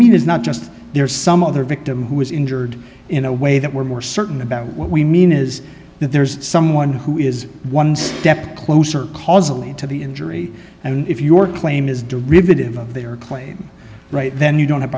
need is not just there some other victim who was injured in a way that we're more certain about what we mean is that there is someone who is one step closer causally to the injury and if your claim is derivative of their claim right then you don't have